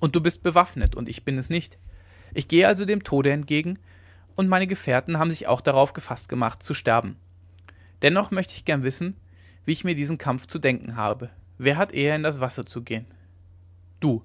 und du bist bewaffnet und ich bin es nicht ich gehe also dem tode entgegen und meine gefährten haben sich auch darauf gefaßt gemacht zu sterben dennoch möchte ich gern wissen wie ich mir diesen kampf zu denken habe wer hat eher in das wasser zu gehen du